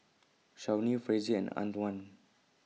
Shawnee Frazier and Antwan